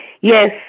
yes